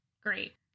great